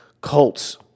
Colts